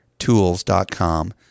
Tools.com